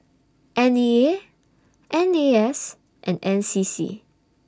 N E A N A S and N C C